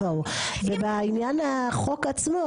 ובעניין החוק עצמו,